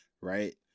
right